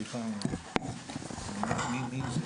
מעבר למוכנות,